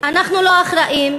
אנחנו לא אחראים,